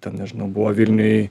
ten nežinau buvo vilniuj